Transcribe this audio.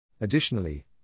Additionally